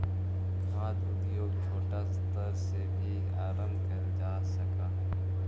खाद्य उद्योग छोटा स्तर से भी आरंभ कैल जा सक हइ